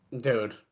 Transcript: Dude